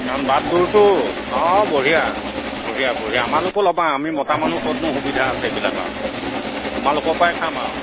কাৰণ বাট দূৰতো অঁ বঢ়িয়া বঢ়িয়া বঢ়িয়া আমালৈকো ল'বা আমি মতা মানুহ ক'তনো সুবিধা আছে এইবিলাক আৰু তোমালোকৰ পৰাই খাম আৰু